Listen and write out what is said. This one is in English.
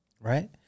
right